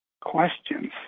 questions